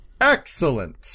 Excellent